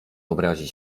obrazi